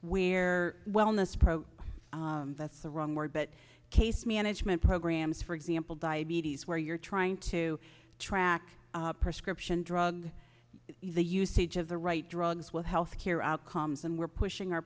where wellness programs that's the wrong word but case management programs for example diabetes where you're trying to track prescription drug the usage of the right drugs with health care outcomes and we're pushing our